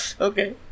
Okay